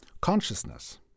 consciousness